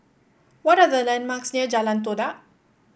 what are the landmarks near Jalan Todak